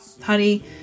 honey